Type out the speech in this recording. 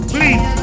Please